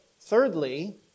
thirdly